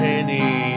Penny